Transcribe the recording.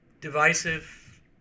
Divisive